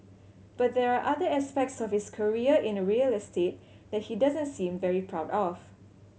but there are other aspects of his career in a real estate that he doesn't seem very proud of